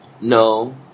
No